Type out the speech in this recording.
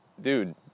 dude